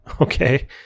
Okay